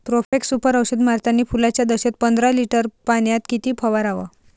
Profex Super औषध मारतानी फुलाच्या दशेत पंदरा लिटर पाण्यात किती फवाराव?